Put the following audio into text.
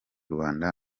rwanda